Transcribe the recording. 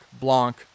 Blanc